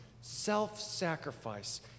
self-sacrifice